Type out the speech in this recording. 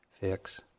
fix